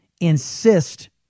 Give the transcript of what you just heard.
insist